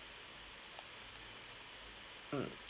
mm